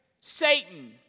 Satan